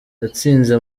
yatsinze